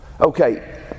Okay